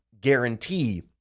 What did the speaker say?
guarantee